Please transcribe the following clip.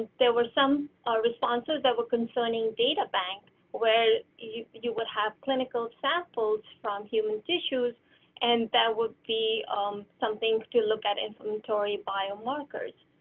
there were some responses that were concerning data bank where you you would have clinical samples from human tissues and that would be something to look at. inflammatory inflammatory biomarkers,